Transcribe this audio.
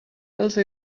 else